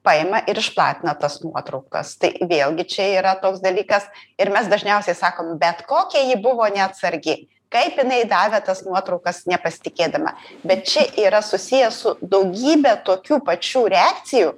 paima ir išplatina tas nuotraukas tai vėlgi čia yra toks dalykas ir mes dažniausiai sakom bet kokia ji buvo neatsargi kaip jinai davė tas nuotraukas nepasitikėdama bet čia yra susiję su daugybe tokių pačių reakcijų